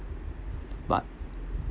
but